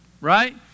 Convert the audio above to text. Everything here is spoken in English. right